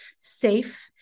safe